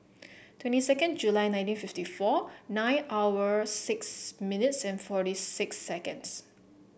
twenty second July nineteen fifty four nine hour six minutes and forty six seconds